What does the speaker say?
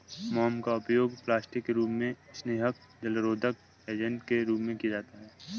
मोम का उपयोग प्लास्टिक के रूप में, स्नेहक, जलरोधक एजेंट के रूप में किया जाता है